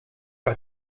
pas